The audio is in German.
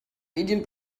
medien